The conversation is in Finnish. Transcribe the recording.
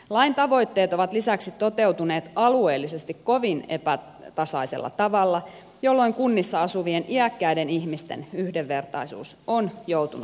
lain tavoitteet ovat lisäksi toteutuneet alueellisesti kovin epätasaisella tavalla jolloin kunnissa asuvien iäkkäiden ihmisten yhdenvertaisuus on joutunut uhatuksi